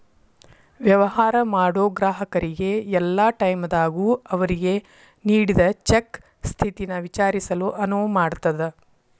ವ್ಯವಹಾರ ಮಾಡೋ ಗ್ರಾಹಕರಿಗೆ ಯಲ್ಲಾ ಟೈಮದಾಗೂ ಅವ್ರಿಗೆ ನೇಡಿದ್ ಚೆಕ್ ಸ್ಥಿತಿನ ವಿಚಾರಿಸಲು ಅನುವು ಮಾಡ್ತದ್